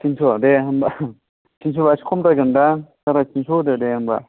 थिनस' दे होनबा थिनस'बा एसे खमद्रायगोनदां साराय थिनस' होदो दे होनबा